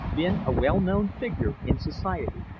been a well-known figure in society.